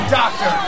doctor